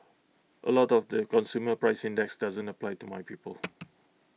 A lot of the consumer price index doesn't apply to my people